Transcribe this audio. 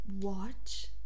watch